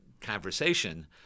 conversation